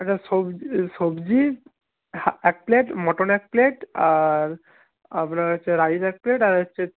আচ্ছা সবজি সবজি এক প্লেট মাটন এক প্লেট আর আপনার হচ্ছে রাইস এক প্লেট আর হচ্ছে